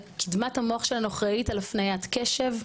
קדמת המוח שלנו אחראית על הפניית קשב,